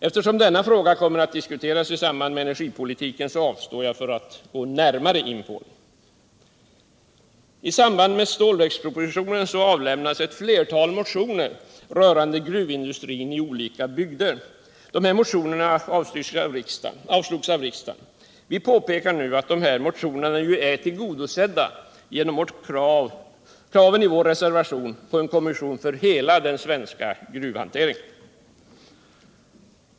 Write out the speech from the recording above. Eftersom frågan kommer att diskuteras i samband med energipolitiken avstår jag från att närmare gå in på den. I samband med stålverkspropositionen avlämnades ett flertal motioner rörande gruvindustrin i olika bygder. Motionerna avslogs av riksdagen. Vi påpekar att dessa motioner nu är tillgodosedda genom kravet i vår reservation nr I på en kommission för hela den svenska gruvhanteringen.